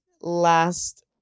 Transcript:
last